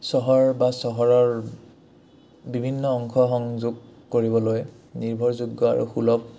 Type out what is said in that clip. চহৰ বা চহৰৰ বিভিন্ন অংশ সংযোগ কৰিবলৈ নিৰ্ভৰযোগ্য আৰু সুলভ